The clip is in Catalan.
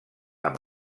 amb